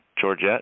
Georgette